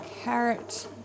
carrot